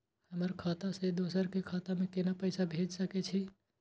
हमर खाता से दोसर के खाता में केना पैसा भेज सके छे?